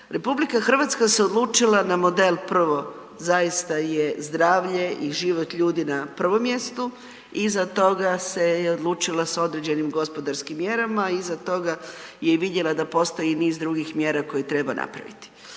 modele, RH se odlučila na model prvo, zaista je zdravlje i život ljudi na prvom mjestu, iza toga se je odlučila sa određenim gospodarskim mjerama, iza toga je vidjela da postoji niz drugih mjera koje treba napraviti.